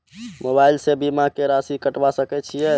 Mobile से बीमा के राशि कटवा सके छिऐ?